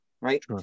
Right